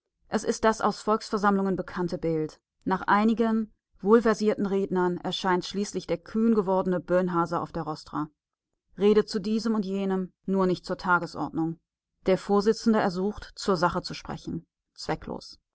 es ist das aus volksversammlungen bekannte bild nach einigen wohlversierten rednern erscheint schließlich der kühn gewordene bönhase auf der rostra redet zu diesem und jenem nur nicht zur tagesordnung der vorsitzende ersucht zur sache zu sprechen zwecklos